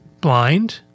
blind